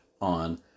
on